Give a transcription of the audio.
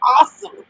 awesome